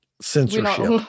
censorship